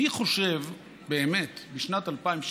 מי חושב, באמת, בשנת 2018,